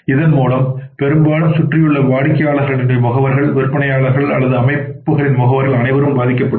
இதன் மூலம் பெரும்பாலும் சுற்றியுள்ள வாடிக்கையாளர்களின் முகவர்கள் விற்பனையாளர்கள் அல்லது அமைப்புகளின் முகவர்கள் அனைவரும் பாதிக்கப்படுவர்